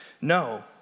No